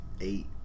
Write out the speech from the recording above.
eight